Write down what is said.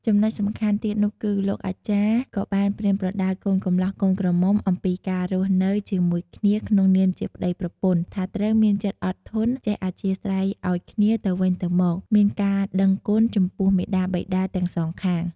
ចំណុចសំខាន់ទៀតនោះគឺ លោកអាចារ្យក៏បានប្រៀនប្រដៅកូនកម្លោះកូនក្រមុំអំពីការរស់ជាមួយគ្នាក្នុងនាមជាប្តីប្រពន្ធ ថាត្រូវមានចិត្តអត់ធន់ ចេះអធ្យាស្រ័យឱ្យគ្នាទៅវិញទៅមក មានការដឹងគុណចំពោះមាតាបិតាទាំងសងខាង។